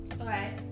Okay